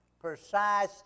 precise